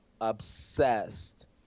obsessed